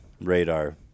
radar